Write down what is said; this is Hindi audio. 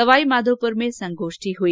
सवाईमाधोपुर में संगोष्ठी हुई